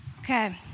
Okay